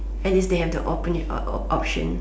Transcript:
at least they have to open it op~ option